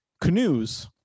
canoes